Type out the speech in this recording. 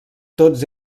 tots